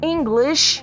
English